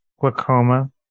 glaucoma